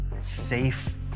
safe